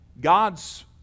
God's